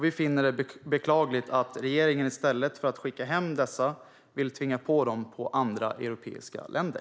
Vi finner det beklagligt att regeringen i stället för att skicka hem dessa vill tvinga dem på andra europeiska länder.